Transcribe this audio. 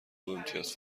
دوامتیاز